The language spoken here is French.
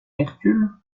hercule